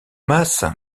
masse